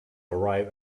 arrive